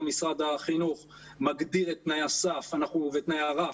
משרד החינוך מגדיר את תנאי הסף ותנאי הרף,